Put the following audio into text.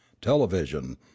television